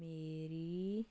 ਮੇਰੀ